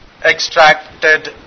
extracted